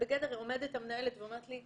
עומדת המנהלת ואומרת לי,